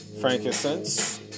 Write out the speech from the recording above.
frankincense